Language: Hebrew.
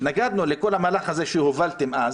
התנגדנו לכל המהלך הזה שהובלתם אז.